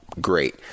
Great